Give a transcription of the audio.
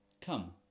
Come